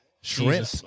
shrimp